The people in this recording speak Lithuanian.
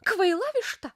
kvaila višta